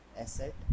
Asset